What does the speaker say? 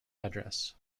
address